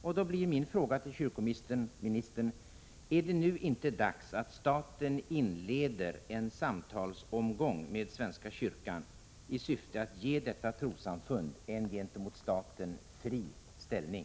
Och då blir min fråga till kyrkoministern: Är det nu inte dags att staten inleder en samtalsomgång med svenska kyrkan i syfte att ge detta trossamfund en gentemot staten fri ställning?